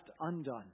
undone